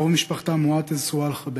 וקרוב משפחתה מועתז סואלחה,